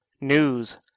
News